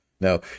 no